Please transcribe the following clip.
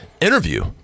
interview